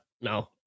no